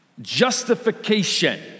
Justification